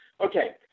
Okay